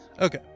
Okay